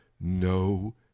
no